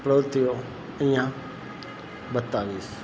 પ્રવૃત્તિઓ અહીંયા બતાવીશ